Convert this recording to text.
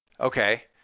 Okay